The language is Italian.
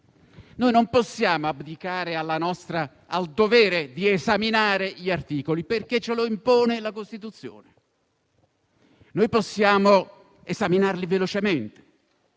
Non possiamo abdicare al nostro dovere di esaminare gli articoli, perché ce lo impone la Costituzione. Possiamo esaminarli velocemente